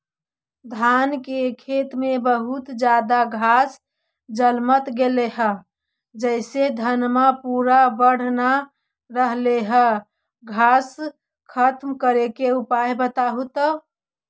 धान के खेत में बहुत ज्यादा घास जलमतइ गेले हे जेसे धनबा पुरा बढ़ न रहले हे घास खत्म करें के उपाय बताहु तो?